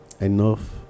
enough